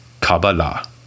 Kabbalah